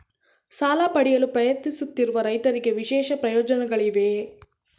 ಸಾಲ ಪಡೆಯಲು ಪ್ರಯತ್ನಿಸುತ್ತಿರುವ ರೈತರಿಗೆ ವಿಶೇಷ ಪ್ರಯೋಜನಗಳಿವೆಯೇ?